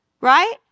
right